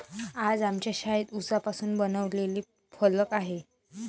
आज आमच्या शाळेत उसापासून बनवलेला फलक आहे